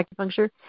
acupuncture